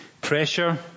pressure